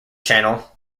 channel